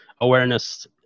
Awareness